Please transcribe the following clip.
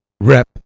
rep